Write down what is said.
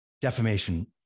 defamation